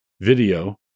video